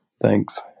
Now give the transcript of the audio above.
Thanks